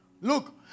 Look